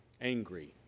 angry